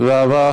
תודה רבה.